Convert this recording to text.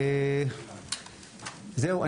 זהו.